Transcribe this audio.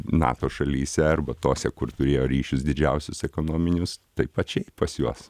nato šalyse arba tose kur turėjo ryšius didžiausius ekonominius tai pačiai pas juos